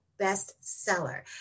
bestseller